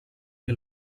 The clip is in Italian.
che